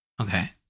Okay